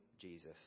Jesus